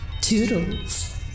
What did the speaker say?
Toodles